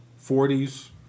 40s